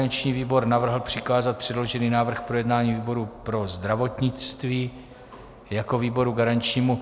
Organizační výbor navrhl přikázat předložený návrh k projednání výboru pro zdravotnictví jako výboru garančnímu.